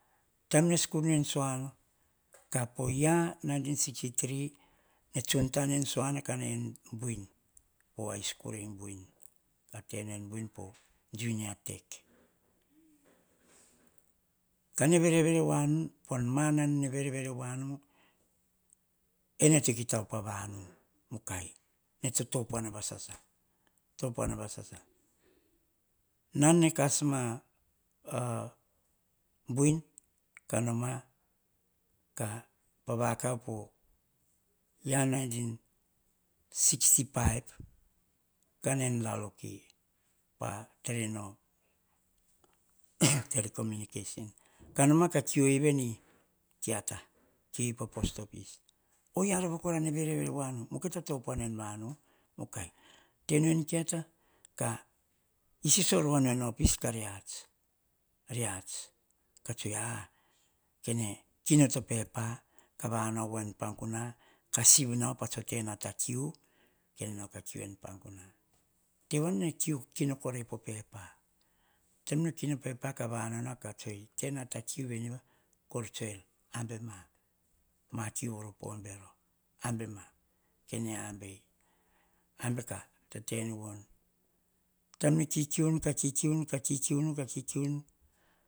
Taim nen skul non sohano, kapo year nineteen sixty three, ne tsun tanen sohano ka ni en buin, po ai skul en buin, ka tenan buin po junior tech. Kane verevere vanu, pon buan en a verevere vanu, ene to kita op avanu, mukai, ene to topuana vasasa, topuana vasasa. Nan ne kas ma buin ka nama, ka vakav po year nineteen sixty five, ka nai en laloki pa tren o telecommunication. Ka nama ka kui ei veni kieta, kiu ei pa post office. Oyia rova kora ar nene verevere voa nu, ene to kita topuana en vanu mukai. Tenu en kieta, ka isiso nu en opis ka reats, reats ka tsoe, a, kene kino pepa, ka va nao en panguna. Ka siv nao patso tena ta kiu kene nao ka kui en panguna. Te voama veni, nene kino korai po pepa. Taim nene kino o pepa va, nao na ka tose ei tena ta kiu ve niva, kor tsoer abeam, ma kiu voro pe bero, abema, kene abei. Am beka tete nu voni, taim nene ka kiukiu no, ka kiukiu no, ka kiukiu no,